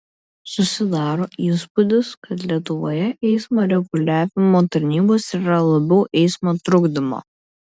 susidaro įspūdis kad lietuvoje eismo reguliavimo tarnybos yra labiau eismo trukdymo